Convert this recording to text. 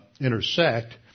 Intersect